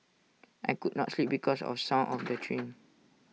I could not sleep because of the sound of the train